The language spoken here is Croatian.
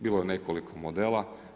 Bilo je nekoliko modela.